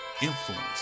Influence